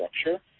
structure